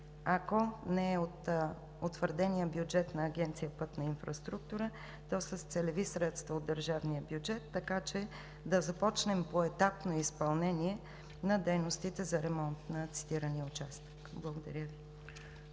ако не от утвърдения бюджет на Агенция „Пътна инфраструктура“, то с целеви средства от държавния бюджет, така че да започнем поетапно изпълнение на дейностите за ремонт на цитирания участък. Благодаря Ви.